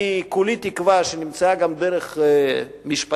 אני כולי תקווה שנמצאה גם דרך משפטית